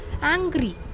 angry